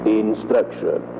instruction